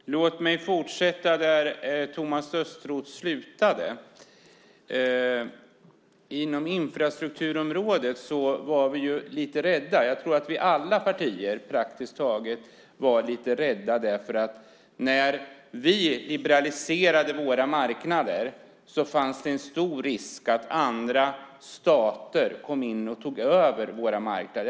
Fru talman! Låt mig fortsätta där Thomas Östros slutade. När det gäller infrastrukturområdet tror jag att praktiskt taget vi alla partier var lite rädda, därför att det när vi liberaliserade våra marknader fanns en stor risk att andra stater skulle komma in och ta över våra marknader.